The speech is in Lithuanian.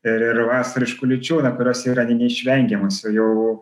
ir ir vasariškų liūčių kurios yra neišvengiamos jau